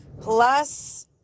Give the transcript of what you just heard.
Plus